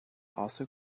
also